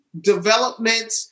development